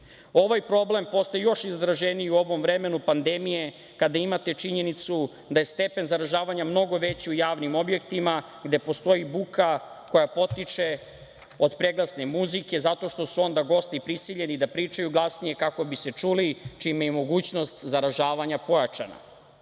problem postao je još izraženiji u ovom vremenu pandemije, kada imate činjenicu da je stepen zaražavanja mnogo veći u javnim objektima gde postoji buka koja potiče od preglasne muzike, zato što su onda gosti prisiljeni da pričaju glasnije kako bi se čuli, čime je i mogućnost zaražavanja